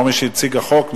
או מי שהציג החוק,